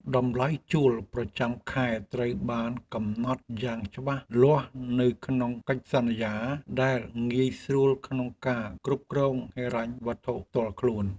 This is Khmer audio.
តម្លៃជួលប្រចាំខែត្រូវបានកំណត់យ៉ាងច្បាស់លាស់នៅក្នុងកិច្ចសន្យា ដែលងាយស្រួលក្នុងការគ្រប់គ្រងហិរញ្ញវត្ថុផ្ទាល់ខ្លួន។